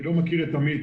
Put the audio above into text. אני לא מכיר את עמית,